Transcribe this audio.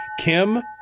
Kim